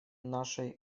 нашей